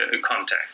contact